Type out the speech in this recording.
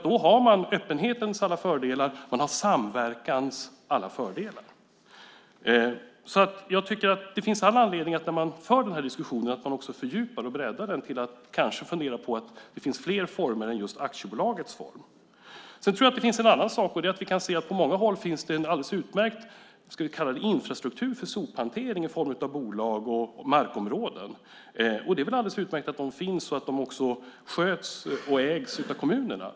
Då har man både öppenhetens alla fördelar och samverkans alla fördelar. Det finns all anledning att när man för diskussionen fördjupa och bredda den och fundera på att det finns fler former än aktiebolaget. En annan sak är att det på många håll finns en alldeles utmärkt infrastruktur - ska vi kalla det så - för sophantering i form av bolag och markområden. Det är väl alldeles utmärkt att de finns och att de sköts och ägs av kommunerna.